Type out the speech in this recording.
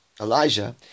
Elijah